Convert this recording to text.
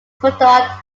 product